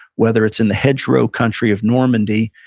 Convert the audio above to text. whether it's in the hedgerow country of normandy.